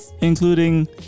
including